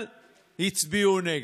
אחריו,